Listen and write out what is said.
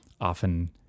often